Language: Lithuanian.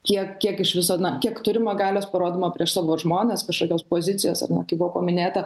kiek kiek iš viso na kiek turima galios parodoma prieš savo žmones kažkokios pozicijos ar ne kai buvo paminėta